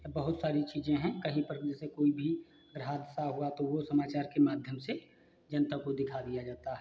या बहुत सारी चीज़ें हैं कहीं पर कि जैसे कोई भी बड़ा हादसा हुआ तो वह समाचार के माध्यम से जनता को दिखा दिया जाता है